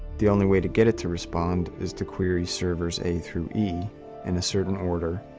the only way to get it to respond is to query servers a through e in a certain order,